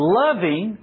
loving